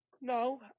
No